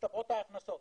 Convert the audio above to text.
ומצטברות ההכנסות.